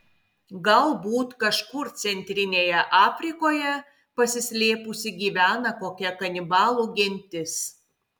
galbūt kažkur centrinėje afrikoje pasislėpusi gyvena kokia kanibalų gentis